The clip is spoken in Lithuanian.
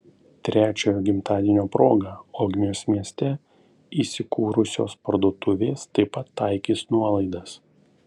trečiojo gimtadienio proga ogmios mieste įsikūrusios parduotuvės taip pat taikys nuolaidas